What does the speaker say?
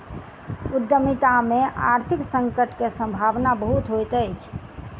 उद्यमिता में आर्थिक संकट के सम्भावना बहुत होइत अछि